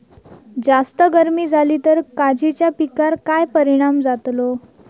जास्त गर्मी जाली तर काजीच्या पीकार काय परिणाम जतालो?